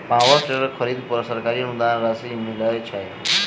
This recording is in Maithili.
पावर टेलर खरीदे पर सरकारी अनुदान राशि मिलय छैय?